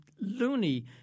loony